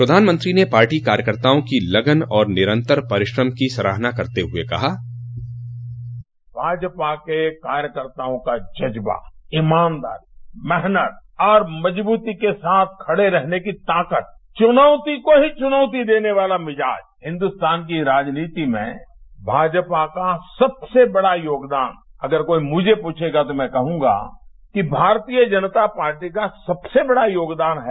प्रधानमंत्री ने पार्टी कार्यकर्ताओं की लगन और निरंतर परीश्रम की सराहना करते हुये कहा बाइट भाजपा के कार्यकर्ताओं का जज्बा ईमानदारी मेहनत और मजबूती के साथ खड़े रहने की ताकत चुनौती को ही चुनौती देने वाला मिजाज हिन्दुस्तान की राजनीति में भाजपा का सबसे बड़ा योगदान है अगर कोई मुझे पूछेगा तो कहूंगा कि भारतीय जनता पार्टी का सबसे बड़ा योगदान है